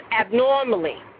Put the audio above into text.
abnormally